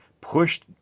pushed